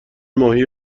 ماهی